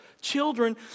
Children